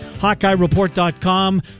HawkeyeReport.com